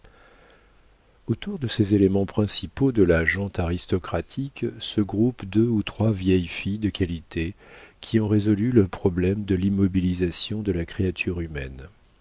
autour de ces éléments principaux de la gent aristocratique se groupent deux ou trois vieilles filles de qualité qui ont résolu le problème de l'immobilisation de la créature humaine